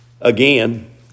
Again